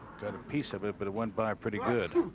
got a piece of it, but it went by pretty good.